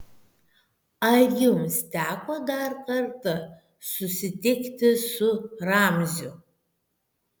ar jums teko dar kartą susitikti su ramziu